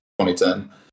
2010